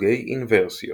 סוגי אינוורסיות